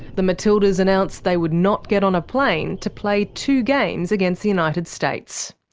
the matildas announced they would not get on a plane to play two games against the united states.